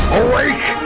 awake